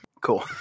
Cool